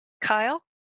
Kyle